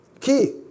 Key